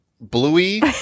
bluey